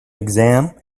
exam